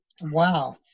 Wow